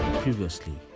Previously